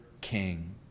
king